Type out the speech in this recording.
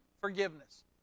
Forgiveness